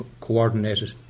coordinated